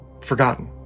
forgotten